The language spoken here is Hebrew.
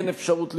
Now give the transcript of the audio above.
אין אפשרות לבנות,